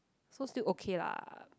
so still okay lah